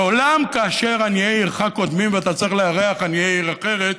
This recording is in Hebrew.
לעולם כאשר עניי עירך קודמים ואתה צריך לארח עניי עיר אחרת,